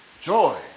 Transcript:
Joy